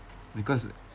because